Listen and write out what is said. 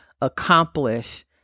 accomplish